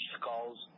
skulls